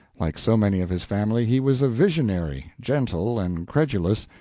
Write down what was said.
like so many of his family, he was a visionary, gentle and credulous,